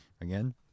Again